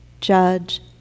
judge